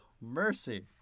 mercy